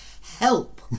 Help